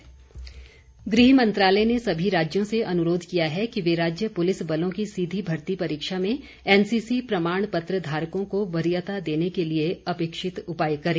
गृह मंत्रालय एनसीसी गृह मंत्रालय ने सभी राज्यों से अनुरोध किया है कि वे राज्य पुलिस बलों की सीधी भर्ती परीक्षा में एनसीसी प्रमाण पत्र धारकों को वरीयता देने के लिए अपेक्षित उपाय करें